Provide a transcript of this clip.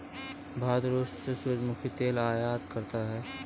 भारत रूस से सूरजमुखी तेल आयात करता हैं